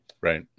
Right